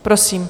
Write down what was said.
Prosím.